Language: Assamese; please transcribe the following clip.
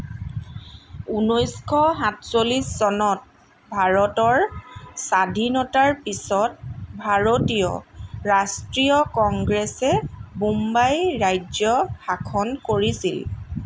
ঊনৈছশ সাতচল্লিছ চনত ভাৰতৰ স্বাধীনতাৰ পিছত ভাৰতীয় ৰাষ্ট্ৰীয় কংগ্ৰেছে বোম্বাই ৰাজ্য শাসন কৰিছিল